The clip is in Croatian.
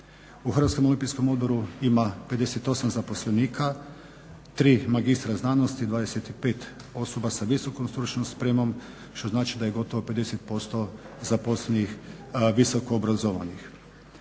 Olimpijskim igrama. U HOO-u ima 58 zaposlenika, 3 magistra znanosti, 25 osoba sa visokom stručnom spremom što znači da je gotovo 50% zaposlenih visoko obrazovanih.